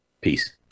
Peace